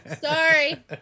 Sorry